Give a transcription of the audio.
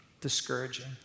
discouraging